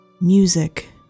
Music